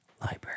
library